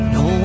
no